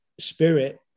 spirit